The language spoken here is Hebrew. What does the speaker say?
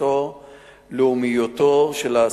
דתו ולאומיותו של האסיר.